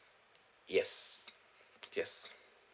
yes yes